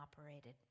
operated